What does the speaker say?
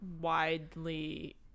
widely